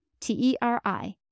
T-E-R-I